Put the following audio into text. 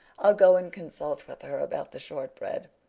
i'll go and consult with her about the shortbread.